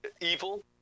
evil